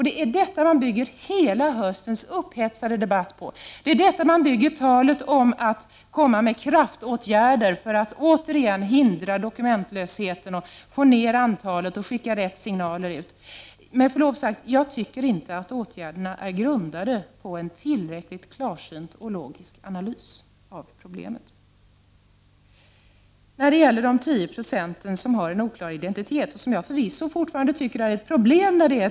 Det är på detta man bygger höstens upphetsade debatt. Det är på detta man bygger talet om att komma med kraftåtgärder för att återigen hindra dokumentlösheten, få ner antalet och att ge de rätta signalerna utåt. Med förlov sagt tycker jag inte åtgärderna är grundade på en tillräckligt klarsynt och logisk analys av problemen. De 10 96 som har en oklar identitet är förvisso ett problem.